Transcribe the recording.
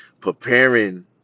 Preparing